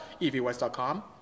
evwest.com